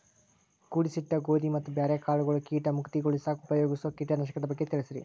ಕೂಡಿಸಿಟ್ಟ ಗೋಧಿ ಮತ್ತ ಬ್ಯಾರೆ ಕಾಳಗೊಳ್ ಕೇಟ ಮುಕ್ತಗೋಳಿಸಾಕ್ ಉಪಯೋಗಿಸೋ ಕೇಟನಾಶಕದ ಬಗ್ಗೆ ತಿಳಸ್ರಿ